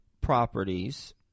properties